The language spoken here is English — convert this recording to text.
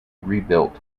rebuilt